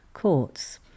courts